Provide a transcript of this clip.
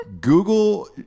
Google